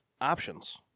options